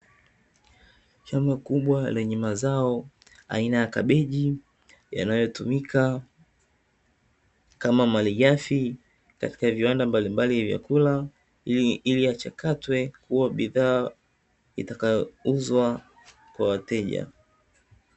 Shamba kubwa lenye mazao aina ya kabeji yanayotumika kama malighafi katika viwanda mbalimbali vyakula, ili yachakatwe kuwa bidhaa itakayouzwa kwa wateja.